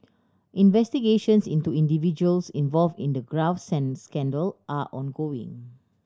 investigations into individuals involved in the graft scandal are ongoing